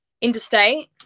Interstate